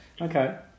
okay